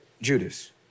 Judas